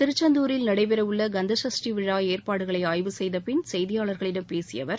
திருச்செந்தூரில் நடைபெறவுள்ள கந்தகஷ்டி விழா ஏற்பாடுகளை ஆய்வு செய்த பின் செய்தியாளர்களிடம் பேசிய அவர்